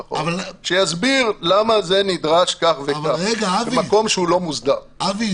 שיסביר למה נדרש כך וכך במקום שהוא לא מוסדר.